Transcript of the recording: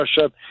Russia